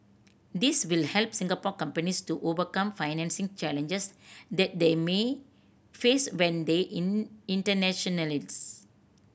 this will help Singapore companies to overcome financing challenges that they may face when they in internationalise